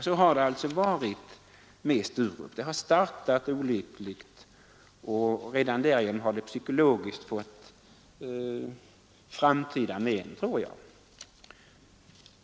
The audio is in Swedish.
Så har det varit med Sturup. Det har blivit en olycklig start, och redan därigenom har det psykologiskt fått framtida men.